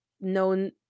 Known